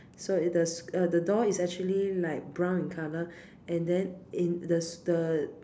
so it the uh the door is actually like brown in colour and then in the the